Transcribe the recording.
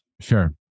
Sure